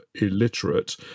illiterate